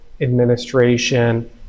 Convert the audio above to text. administration